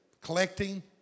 collecting